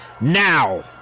Now